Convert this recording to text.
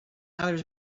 others